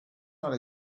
not